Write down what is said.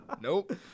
Nope